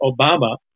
Obama